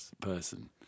person